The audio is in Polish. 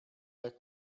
jak